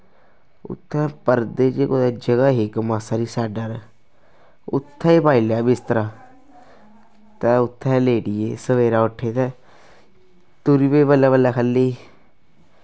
उत्थें परदे च कुदै उत्थें जगह् ही इक मास्सा हारा साइडै पर उत्थें पाई लेई बिस्तरा ते उत्थें गै लेटी गे सवेरै उट्ठे ते टुरी पे बल्लें बल्लें ख'ल्लै गी